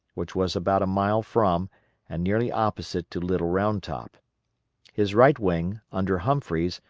which was about a mile from and nearly opposite to little round top his right wing, under humphreys,